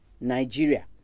nigeria